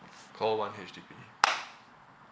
call one H_D_B